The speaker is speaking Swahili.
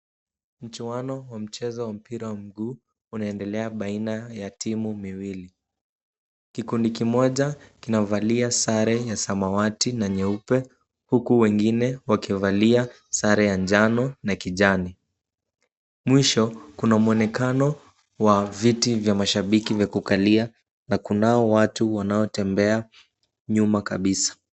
Mchuano wa mchezo wa mpira wa mguu, unaendelea baina ya timu miwili. Kikundi kimoja kinavalia sare ya samawati na nyeupe, huku wengine wakivalia sare ya njano na kijani. Mwisho kuna muonekano wa viti vya mashabiki vya kukalia na kunao watu wanaotembea nyuma kabisa.